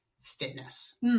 fitness